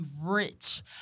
rich